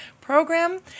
program